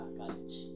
college